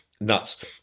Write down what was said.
nuts